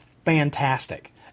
fantastic